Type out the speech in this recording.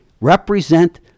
represent